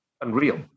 unreal